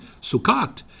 Sukkot